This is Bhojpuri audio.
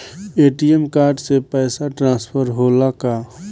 ए.टी.एम कार्ड से पैसा ट्रांसफर होला का?